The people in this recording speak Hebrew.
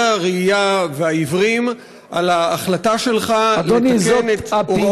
הראייה והעיוורים על ההחלטה שלך לתקן את הוראות,